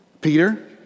Peter